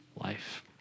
life